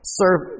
serve